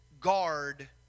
guard